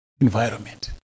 environment